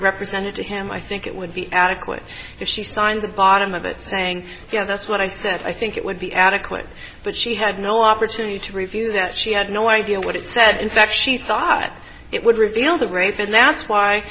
represented to him i think it would be adequate if she signed the bottom of it saying yeah that's what i said i think it would be adequate but she had no opportunity to review that she had no idea what it said and that she thought it would reveal the rape and now that's why